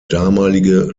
damalige